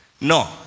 No